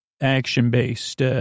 action-based